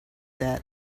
that